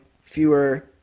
fewer